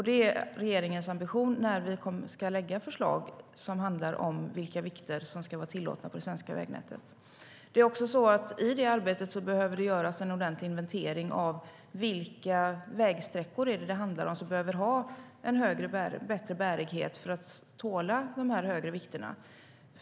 Det är regeringens ambition när vi ska lägga fram förslag om vilka vikter som ska vara tillåtna på det svenska vägnätet.I detta arbete behöver det göras en ordentlig inventering av vilka vägsträckor som behöver en bättre bärighet för att tåla de högre vikterna.